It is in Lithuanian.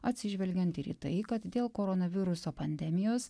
atsižvelgiant ir į tai kad dėl koronaviruso pandemijos